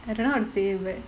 I don't know how to say but